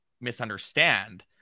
misunderstand